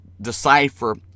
decipher